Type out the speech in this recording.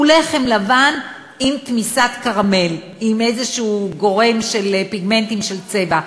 הוא לחם לבן עם תמיסת קרמל עם איזה גורם של פיגמנטים של צבע.